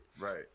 Right